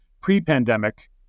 pre-pandemic